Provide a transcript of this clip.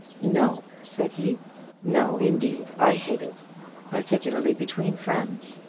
no, said he no indeed. i hate it particularly between friends.